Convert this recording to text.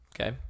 Okay